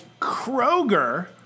Kroger